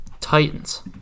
Titans